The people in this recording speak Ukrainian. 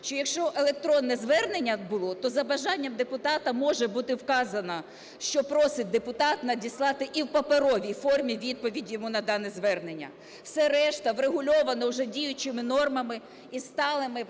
що якщо електронне звернення було, то за бажанням депутата може бути вказано, що просить депутат надіслати і в паперовій формі відповідь йому на дане звернення. Все решта врегульовано вже діючими нормами і